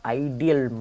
ideal